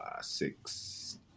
six